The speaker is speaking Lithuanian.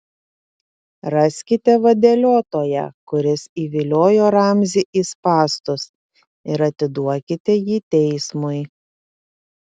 raskite vadeliotoją kuris įviliojo ramzį į spąstus ir atiduokite jį teismui